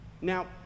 Now